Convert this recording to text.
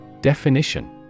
Definition